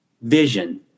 vision